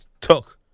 took